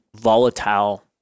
volatile